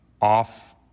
off